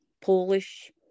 Polish